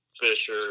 Fisher